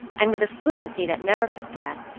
and with a fluency that never took breath,